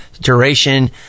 duration